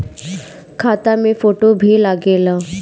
खाता मे फोटो भी लागे ला?